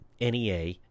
NEA